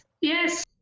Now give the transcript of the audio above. Yes